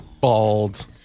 bald